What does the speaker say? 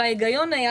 ההיגיון היה